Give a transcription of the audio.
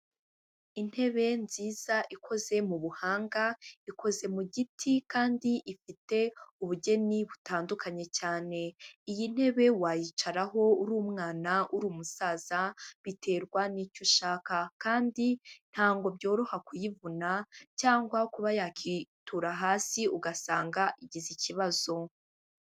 Intebe nziza ikoze mu buhanga ikoze mu giti kandi ifite ubugeni butandukanye cyane, iyi ntebe wayicaraho uri umwana, uri umusaza biterwa n'icyo ushaka kandi ntabwo byoroha kuyivuna, cyangwa kuba yakwitura hasi ugasanga igize ikibazo.